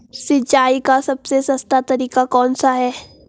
सिंचाई का सबसे सस्ता तरीका कौन सा है?